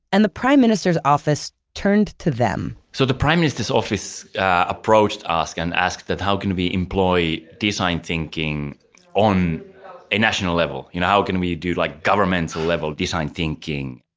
and the prime minister's office turned to them. so the prime minister's office approached us and asked that how can we employ design thinking on a national level? you know, how can we do like governmental level design thinking?